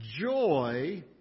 joy